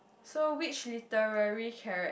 so which literary charac~